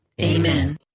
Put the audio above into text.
Amen